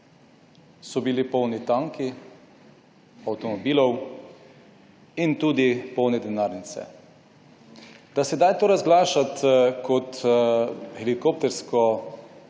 so bili polni tanki avtomobilov in tudi polne denarnice. Da sedaj to razglašati kot helikoptersko,